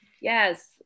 Yes